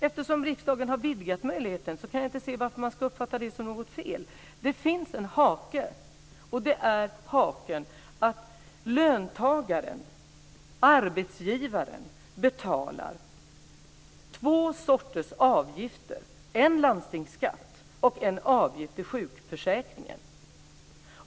Eftersom riksdagen har vidgat möjligheten, kan jag inte se varför man ska uppfatta det som något fel. Det finns en hake, och det är att löntagaren och arbetsgivaren betalar två sorters avgifter, en landstingsskatt och en avgift i sjukförsäkringen.